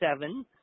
seven